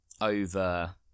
over